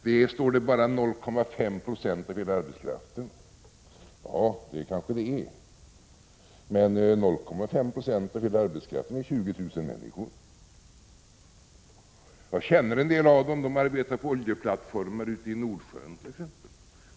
Det är, står det, bara 0,5 26 av hela arbetskraften. Ja, det kanske det är, men 0,5 26 av hela arbetskraften är 20 000 människor. Jag känner en del av dem. De arbetar på oljeplattformar ute i Nordsjön t.ex.